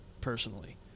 personally